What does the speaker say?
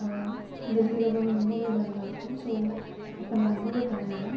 வெளி உலகம் ரொம்பவே பயமாக இருக்கும் ஸோ அப்போ நான் ரொம்பவே பயந்தேன்